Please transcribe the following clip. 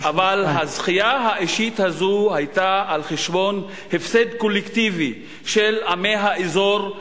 אבל הזכייה האישית הזו היתה על חשבון הפסד קולקטיבי של עמי האזור,